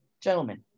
gentlemen